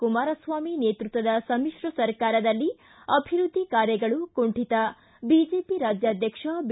ಕುಮಾರಸ್ವಾಮಿ ನೇತೃತ್ವದ ಸಮಿತ್ರ ಸರ್ಕಾರದಲ್ಲಿ ಅಭಿವೃದ್ಧಿ ಕಾರ್ಯಗಳು ಕುಂಠಿತ ಬಿಜೆಪಿ ರಾಜ್ಯಾಧ್ವಕ್ಷ ಬಿ